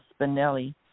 Spinelli